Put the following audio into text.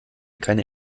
keine